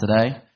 today